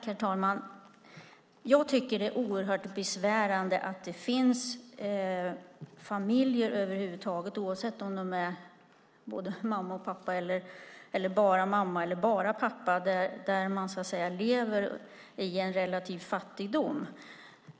Herr talman! Jag tycker att det är oerhört besvärande att det över huvud taget finns familjer - oavsett om det är både mamma och pappa, bara mamma eller bara pappa - som lever i relativ fattigdom.